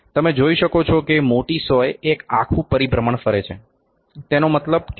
તમે જોઈ શકો છો કે મોટી સોય એક આખું પરિભ્રમણ ફરે છે તેનો મતલબ કે તે 0